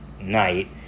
Night